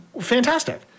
fantastic